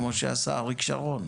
כמו שעשה אריק שרון.